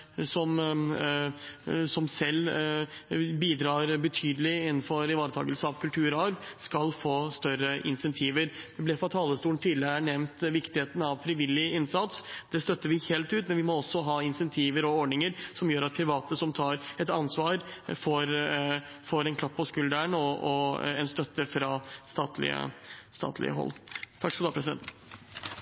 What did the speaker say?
som selv bidrar betydelig innenfor ivaretakelse av kulturarv, skal få større insentiver. Viktigheten av frivillig innsats ble tidligere nevnt fra talerstolen her. Det støtter vi fullt ut, men vi må også ha insentiver og ordninger som gjør at private som tar et ansvar, får en klapp på skulderen og støtte fra statlig hold.